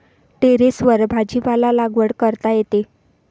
टेरेसवर भाजीपाला लागवड करता येते